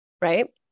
right